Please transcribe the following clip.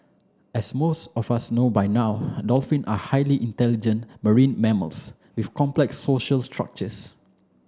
as most of us know by now dolphins are highly intelligent marine mammals with complex social structures